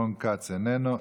רון כץ, איננו.